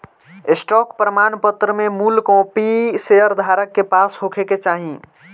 stock प्रमाणपत्र में मूल कापी शेयर धारक के पास होखे के चाही